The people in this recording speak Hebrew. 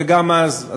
וגם אז,